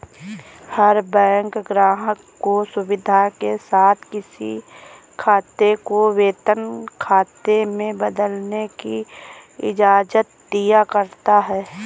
हर bank ग्राहक को सुविधा के साथ किसी खाते को वेतन खाते में बदलने की इजाजत दिया करता है